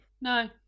No